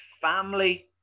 family